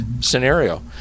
scenario